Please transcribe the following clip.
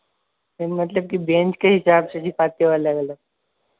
ma'am मतलब कि bench के हिसाब से सिखाते हो अलग अलग